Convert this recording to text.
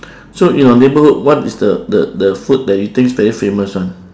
so your neighbourhood what is the the the food that you think very famous one